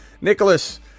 Nicholas